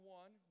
one